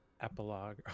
Epilogue